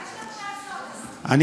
מה יש לנו לעשות, אדוני?